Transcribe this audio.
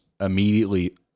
immediately